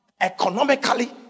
Economically